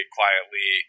quietly